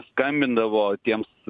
skambindavo tiems